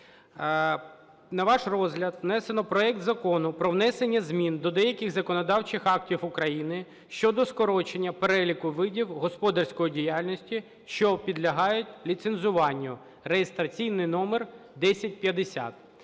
На ваш розгляд внесено проект Закону про внесення змін до деяких законодавчих актів України щодо скорочення переліку видів господарської діяльності, що підлягають ліцензуванню (реєстраційний номер 1050).